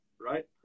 right